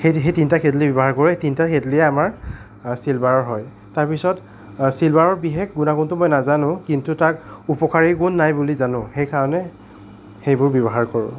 সেই সেই তিনিটা কেটলি ব্যৱহাৰ কৰি তিনিটা কেটলিয়ে আমাৰ চিলভাৰৰ হয় তাৰপিছত চিলভাৰৰ বিশেষ গুণাগুণটো মই নাজানো কিন্তু তাক অপকাৰী গুণ নাই বুলি জানো সেইকাৰণে সেইবোৰ ব্যৱহাৰ কৰোঁ